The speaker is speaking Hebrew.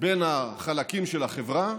בין החלקים של החברה,